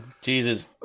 Jesus